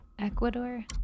Ecuador